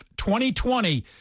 2020